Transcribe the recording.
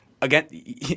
again